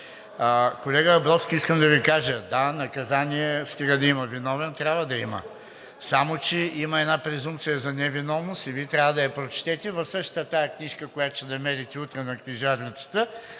Колега Абровски, искам да Ви кажа: стига да има виновен, трябва да има наказание, само че има една презумпция за невиновност и Вие трябва да я прочетете в същата тази книжка, която ще намерите утре в книжарницата.